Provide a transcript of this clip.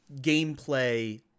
gameplay